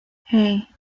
hey